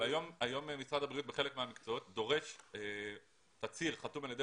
היום משרד הבריאות בחלק מהמקצועות דורש תצהיר חתום על ידי